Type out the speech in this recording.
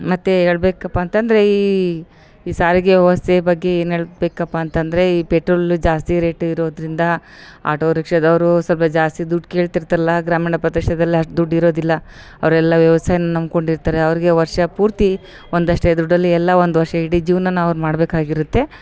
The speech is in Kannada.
ಮತ್ತು ಹೇಳಬೇಕಪ್ಪ ಅಂತಂದರೆ ಈ ಈ ಸಾರಿಗೆ ವ್ಯವಸ್ಥೆ ಬಗ್ಗೆ ಏನು ಹೇಳ ಬೇಕಪ್ಪಾ ಅಂತಂದರೆ ಈ ಪ್ರೆಟ್ರೋಲ್ ಜಾಸ್ತಿ ರೇಟ್ ಇರೋದರಿಂದ ಆಟೋ ರಿಕ್ಷಾದವರು ಸ್ವಲ್ಪ ಜಾಸ್ತಿ ದುಡ್ಡು ಕೇಳ್ತಿರ್ತಾರಲ್ಲ ಗ್ರಾಮೀಣ ಪ್ರದೇಶದಲ್ಲಿ ಅಷ್ಟು ದುಡ್ಡು ಇರೋದಿಲ್ಲ ಅವರೆಲ್ಲ ವ್ಯವಸಾಯನ ನಂಬ್ಕೊಂಡು ಇರ್ತಾರೆ ಅವ್ರಿಗೆ ವರ್ಷ ಪೂರ್ತಿ ಒಂದಷ್ಟು ಹೆ ದುಡ್ಡಲ್ಲಿ ಎಲ್ಲ ಒಂದು ವರ್ಷ ಇಡೀ ಜೀವನ ಅವ್ರು ಮಾಡಬೇಕಾಗಿರುತ್ತೆ